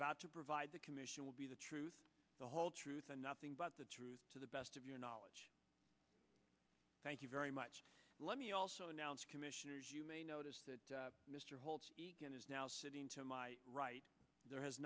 about to provide the commission will be the truth the whole truth and nothing but the truth to the best of your knowledge thank you very much let me also announce commissioners you may notice that mr holt is now sitting to my right there has